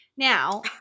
Now